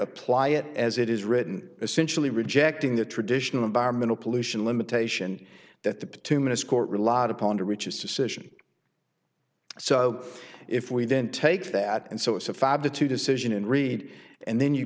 apply it as it is written essentially rejecting the traditional environmental pollution limitation that the petunias court relied upon to reach its decision so if we then take that and so it's a fab the two decision and read and then you